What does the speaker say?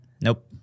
Nope